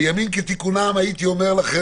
בימים כתיקונם הייתי אומר לכם,